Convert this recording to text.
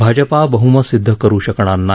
भाजपा बह्मत सिद्ध करु शकणार नाही